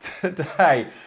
today